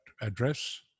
address